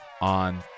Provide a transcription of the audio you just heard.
on